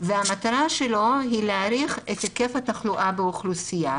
והמטרה שלו היא להעריך את היקף התחלואה באוכלוסייה